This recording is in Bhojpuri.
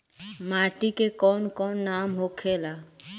माटी के कौन कौन नाम होखे ला?